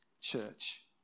church